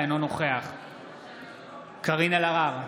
אינו נוכח קארין אלהרר,